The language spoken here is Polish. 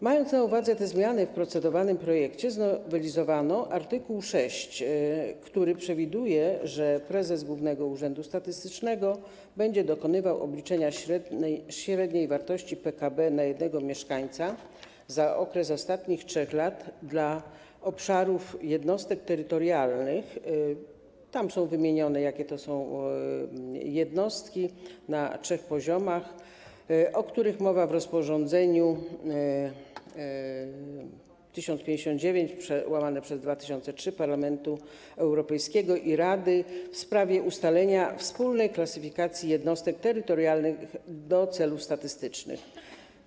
Mając na uwadze te zmiany, w procedowanym projekcie znowelizowano art. 6, który przewiduje, że prezes Głównego Urzędu Statystycznego będzie dokonywał obliczenia średniej wartości PKB na jednego mieszkańca za okres ostatnich 3 lat dla obszarów jednostek terytorialnych, tam jest wymienione, jakie to są jednostki, na trzech poziomach, o których mowa w rozporządzeniu (WE) nr 1059/2003 Parlamentu Europejskiego i Rady w sprawie ustalenia wspólnej klasyfikacji Jednostek Terytorialnych do Celów Statystycznych (NUTS)